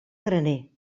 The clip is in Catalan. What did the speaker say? graner